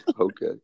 Okay